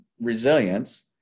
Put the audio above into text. resilience